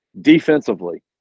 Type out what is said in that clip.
Defensively